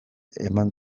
eman